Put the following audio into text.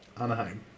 Anaheim